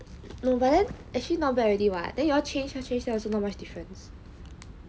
no actually not bad already [what] then you all change here change there also not much difference